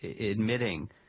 admitting